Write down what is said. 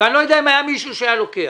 ואני לא יודע אם היה מישהו שהיה לוקח.